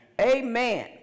amen